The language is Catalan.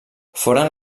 foren